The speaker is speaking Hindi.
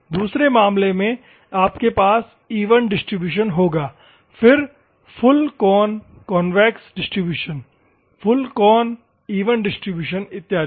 दूसरे मामले में आपके पास इवन डिस्ट्रीब्यूशन होगा फिर full cone convex distribution full cone even distribution इत्यादि